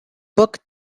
book